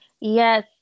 yes